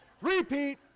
Repeat